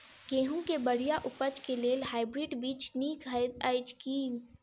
गेंहूँ केँ बढ़िया उपज केँ लेल हाइब्रिड बीज नीक हएत अछि की?